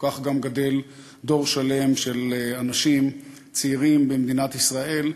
כך גם גדל דור שלם של אנשים צעירים במדינת ישראל,